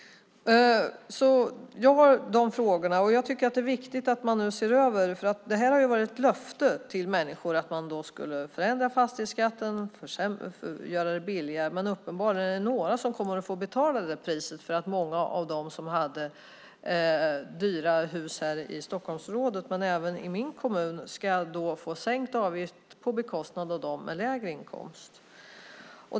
Jag har de frågorna, och jag tycker att det är viktigt att man nu ser över det. Det har varit ett löfte till människor att man ska förändra fastighetsskatten och göra det billigare, men uppenbarligen är det några som kommer att få betala priset. Många av dem som hade dyra hus här i Stockholmsområdet, även i min kommun, ska få sänkt avgift på bekostnad av dem med lägre inkomst.